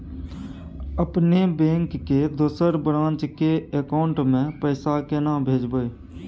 अपने बैंक के दोसर ब्रांच के अकाउंट म पैसा केना भेजबै?